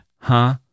huh